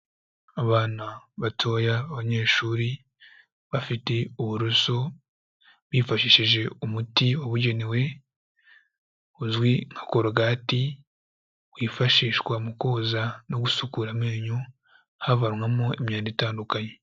Abana batoya b'abanyeshuri bafite uburoso bifashishije umuti wabugenewe uzwi nka korogati, wifashishwa mu koza no gusukura amenyo, havanwamo imyanda itandukanye.